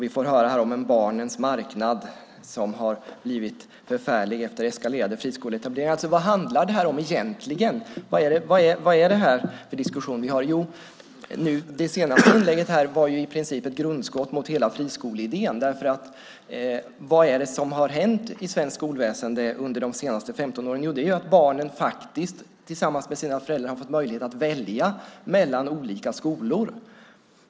Vi får höra om en barnens marknad som har blivit förfärlig efter eskalerande friskoleetableringar. Vad handlar det här om egentligen? Vad är det för diskussion vi har? Det senaste inlägget var i princip ett grundskott mot hela friskoleidén. Vad är det som har hänt inom svenskt skolväsende under de senaste 15 åren? Jo, det är att barnen tillsammans med sina föräldrar har fått möjlighet att välja mellan olika skolor.